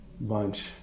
bunch